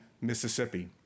Mississippi